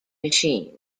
machine